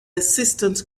assistant